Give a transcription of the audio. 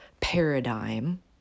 paradigm